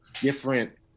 different